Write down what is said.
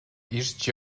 ирж